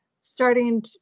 starting